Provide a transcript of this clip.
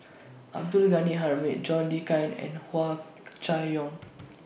Abdul Ghani Hamid John Le Cain and Hua Chai Yong